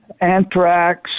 anthrax